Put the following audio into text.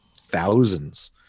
thousands